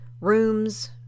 rooms